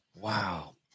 Wow